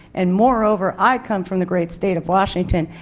and moreover i can from the great state of washington,